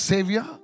Savior